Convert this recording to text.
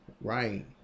right